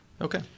okay